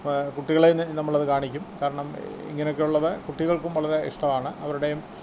അപ്പോള് കുട്ടികളെ നമ്മളത് കാണിക്കും കാരണം ഇങ്ങനെയൊക്കെ ഉള്ളത് കുട്ടികൾക്കും വളരെ ഇഷ്ടമാണ് അവരുടെയും